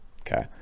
okay